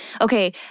Okay